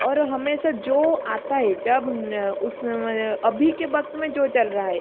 और हमेशा जो आता है जब उस समय अभी के वक्त में जो चल रहा है